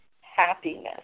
happiness